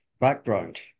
background